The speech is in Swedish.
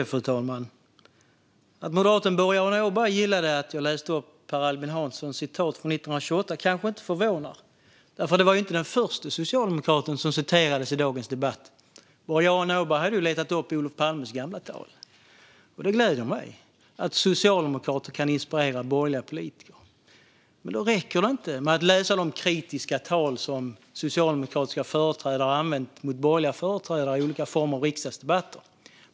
Fru talman! Att moderaten Boriana Åberg gillade att jag läste upp citatet av Per Albin Hansson från 1928 kanske inte förvånar, för det är inte den förste socialdemokrat som citerats i dagens debatt. Boriana Åberg hade letat upp Olof Palmes gamla tal, och det gläder mig att socialdemokrater kan inspirera borgerliga politiker. Men det räcker inte att läsa de kritiska tal som socialdemokratiska företrädare har använt mot borgerliga företrädare i olika riksdagsdebatter.